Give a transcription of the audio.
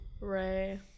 Ray